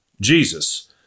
Jesus